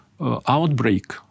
outbreak